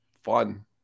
fun